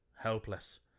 helpless